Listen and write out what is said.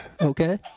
okay